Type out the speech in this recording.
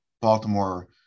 Baltimore